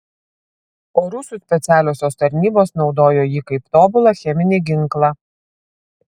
o rusų specialiosios tarnybos naudojo jį kaip tobulą cheminį ginklą